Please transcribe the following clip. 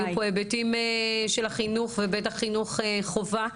היו פה היבטים של החינוך, ובטח חינוך חובה,